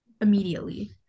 immediately